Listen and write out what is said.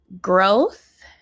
growth